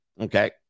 Okay